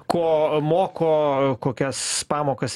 ko moko kokias pamokas